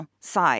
side